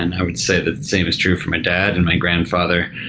and i would say that the same is true for my dad, and my grandfather,